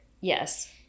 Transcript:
Yes